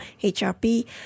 HRP